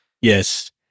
Yes